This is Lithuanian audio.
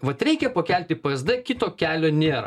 vat reikia pakelti psd kito kelio nėra